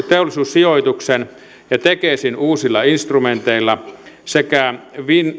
teollisuussijoituksen ja tekesin uusilla instrumenteilla sekä